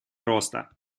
роста